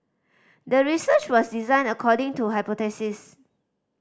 the research was designed according to hypothesis